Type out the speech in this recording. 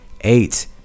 eight